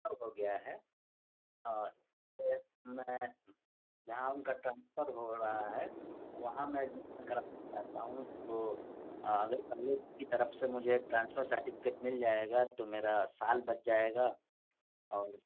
فر ہو گیا ہے یہ میں جہاں ان کا ٹرانسفر ہو رہا ہے وہاں میں ایڈمیشن کرانا چاہتا ہوں تو اگر کالج کی طرف سے مجھے ٹرانسفر سرٹیفکیٹ مل جائے گا تو میرا سال بچ جائے گا اور